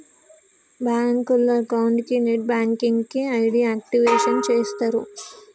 బ్యాంకులో అకౌంట్ కి net banking కి ఐడి యాక్టివేషన్ చేస్తరు